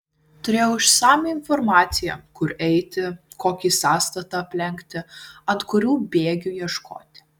turėjau išsamią informaciją kur eiti kokį sąstatą aplenkti ant kurių bėgių ieškoti